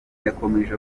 yakomeje